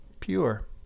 pure